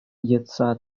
йӑтса